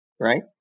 Right